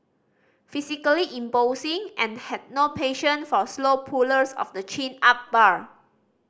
physically imposing and had no patience for slow pullers of the chin up bar